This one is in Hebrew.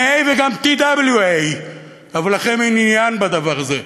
MA וגם TWA. אבל לכם אין עניין בדבר הזה.